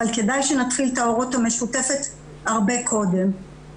אבל כדאי שנתחיל את ההורות המשותפת הרבה קודם.